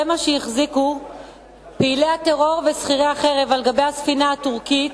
זה מה שהחזיקו פעילי הטרור ושכירי החרב על גבי הספינה הטורקית.